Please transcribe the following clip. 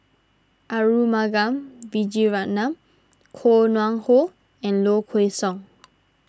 Arumugam Vijiaratnam Koh Nguang How and Low Kway Song